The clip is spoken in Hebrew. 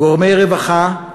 גורמי רווחה,